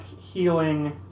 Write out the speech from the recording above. healing